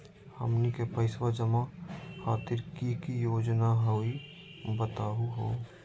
हमनी के पैसवा जमा खातीर की की योजना हई बतहु हो?